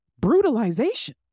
brutalization